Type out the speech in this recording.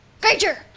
Granger